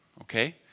Okay